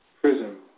prism